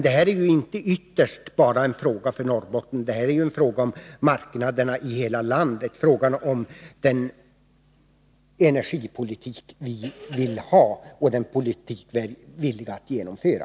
Detta är inte en fråga bara för Norrbotten, utan ytterst gäller den marknaden i hela landet och vilken energipolitik vi vill ha och är villiga att genomföra.